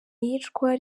iyicwa